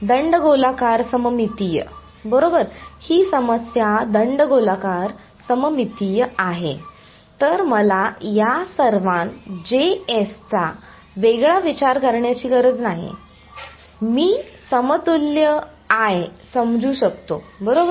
दंडगोलाकार सममितीय बरोबर ही समस्या दंडगोलाकार सममितीय आहे तर मला या सर्वां चा वेगळा विचार करण्याची गरज नाही मी समतुल्य I समजू शकतो बरोबर